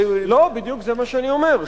זה בדיוק מה שאני אומר,